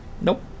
Nope